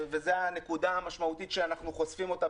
וזו הנקודה המשמעותית שאנחנו חושפים אותה,